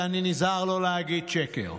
ואני נזהר לא להגיד שקר.